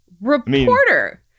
reporter